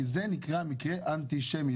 כי זה נקרא מקרה אנטישמי,